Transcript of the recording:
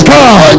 God